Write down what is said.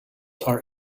are